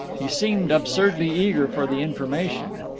he seemed absurdly eager for the information.